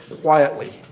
quietly